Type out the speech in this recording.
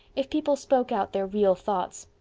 if people spoke out their real thoughts.